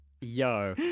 Yo